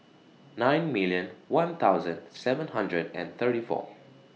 nine million one thousand seven hundred and thirty four